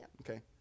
okay